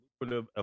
lucrative